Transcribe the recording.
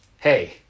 Hey